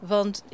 Want